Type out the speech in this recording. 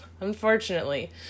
Unfortunately